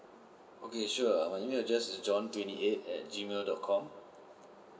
okay sure err my email address is john twenty eight at G mail dot com